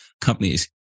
companies